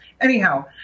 anyhow